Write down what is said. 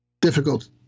difficult